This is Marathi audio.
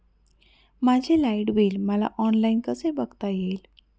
माझे लाईट बिल मला ऑनलाईन कसे बघता येईल?